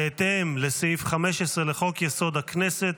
בהתאם לסעיף 15 לחוק-יסוד: הכנסת,